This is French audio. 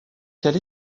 quel